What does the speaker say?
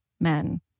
men